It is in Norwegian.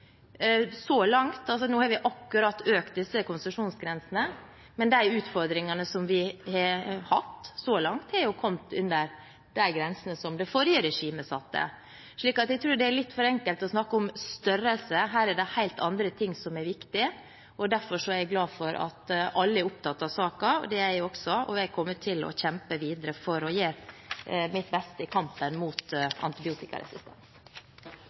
Nå har vi akkurat økt disse konsesjonsgrensene, men de utfordringene som vi har hatt så langt, er kommet under de grensene som det forrige regimet satte. Så jeg tror det er litt for enkelt å snakke om størrelse. Her er det helt andre ting som er viktig, og derfor er jeg glad for at alle er opptatt av saken. Det er jeg også, og jeg kommer til å kjempe videre for å gjøre mitt beste i kampen mot antibiotikaresistens.